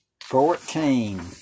fourteen